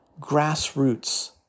grassroots